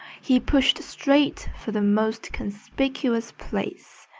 he pushed straight for the most conspicuous place,